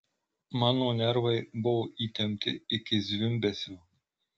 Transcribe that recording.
mano nervai buvo įtempti iki zvimbesio